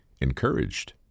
encouraged